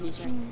mm